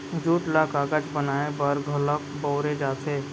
jute ल कागज बनाए बर घलौक बउरे जाथे